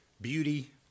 beauty